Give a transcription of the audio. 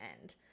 end